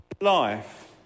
life